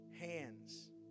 hands